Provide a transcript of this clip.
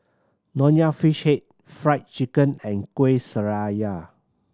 Nonya Fish Head Fried Chicken and Kueh Syara